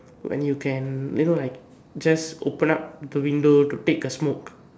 when you can you know like just open up the window to take a smoke